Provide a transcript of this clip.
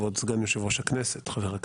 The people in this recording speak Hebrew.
כבוד סגן יושב-ראש הכנסת ואולי זו ההזדמנות להזכיר,